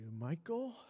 Michael